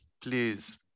Please